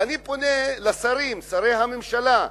ואני פונה לשרים, שרי הממשלה,